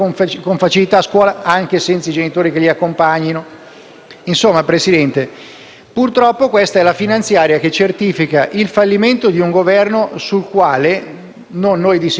Insomma, Presidente, purtroppo questa è la legge di bilancio che certifica il fallimento di un Governo al quale, non noi di sicuro, una parte degli italiani aveva dato fiducia.